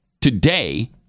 today